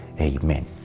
Amen